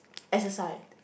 exercise